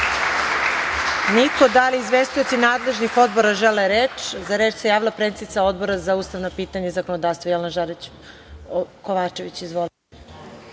(Ne.)Da li izvestioci nadležnih odbora žele reč? Za reč se javila predsednica Odbora za ustavna pitanja i zakonodavstvo, Jelena Žarić Kovačević. Izvolite.